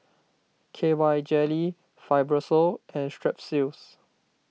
K Y Jelly Fibrosol and Strepsils